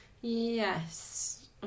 Yes